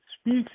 speaks